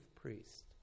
priest